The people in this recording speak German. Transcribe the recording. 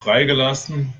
freigelassen